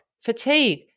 fatigue